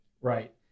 right